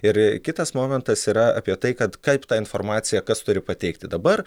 ir kitas momentas yra apie tai kad kaip tą informaciją kas turi pateikti dabar